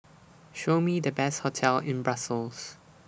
Show Me The Best hotels in Brussels